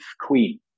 Queen